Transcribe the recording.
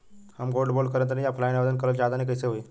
हम gold bond करंति offline आवेदन करल चाह तनि कइसे होई?